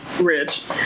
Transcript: rich